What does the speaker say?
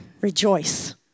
Rejoice